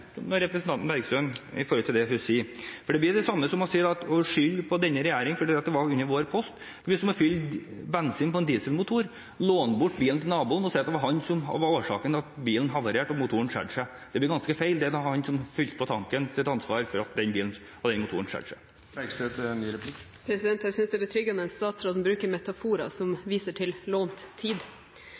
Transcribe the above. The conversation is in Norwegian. når representanten Bergstø sier det hun sier, for det blir det samme som å skylde på denne regjeringen og si at det var på vår post. Det blir som å fylle bensin på en dieselmotor, låne bort bilen til naboen og si at det var han som var årsaken til at bilen havarerte. Det blir ganske feil. Det var han som fylte på tanken, som hadde ansvaret. Jeg synes det er betryggende at statsråden bruker metaforer som viser til lånt tid. Jeg har i mitt innlegg vist til Prop. 130 L og de tydelige signalene som ligger der. Vi har tidligere hatt en debatt, som jeg har referert til,